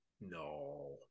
No